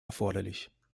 erforderlich